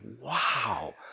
wow